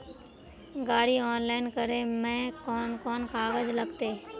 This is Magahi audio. गाड़ी ऑनलाइन करे में कौन कौन कागज लगते?